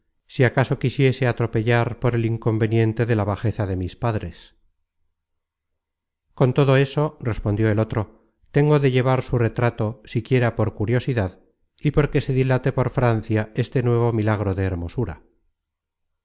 si acaso quisiese atropellar por el inconveniente de la bajeza de mis padres content from google book search generated at content from google book search generated at con todo eso respondió el otro tengo de llevar su retrato siquiera por curiosidad y porque se dilate por francia este nuevo milagro de hermosura